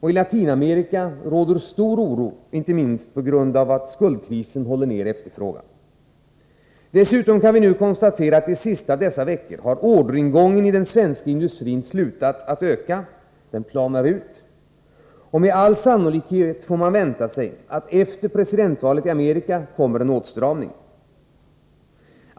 I Latinamerika råder också stor oro, inte minst på grund av att skuldkrisen effektivt håller nere efterfrågan. Dessutom kan vi konstatera att orderingången i den svenska industrin de senaste veckorna har slutat öka — den planar ut. Med all sannolikhet har vi att vänta oss att det sker en åtstramning i den amerikanska politiken efter presidentvalet.